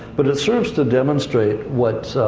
but it serves to demonstrate what,